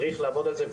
צריך לעבוד על זה.